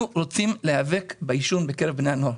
אנחנו רוצים להיאבק בעישון בקרב בני הנוער.